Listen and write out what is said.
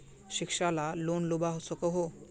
शिक्षा ला लोन लुबा सकोहो?